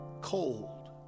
cold